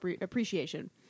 appreciation